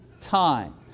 time